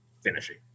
finishing